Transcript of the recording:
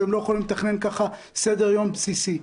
הם לא יכולים לתכנן כך סדר יום בסיסי.